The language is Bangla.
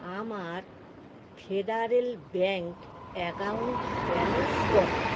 আমার ফেডারেল ব্যাংক অ্যাকাউন্ট ব্যালেন্স কত